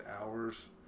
hours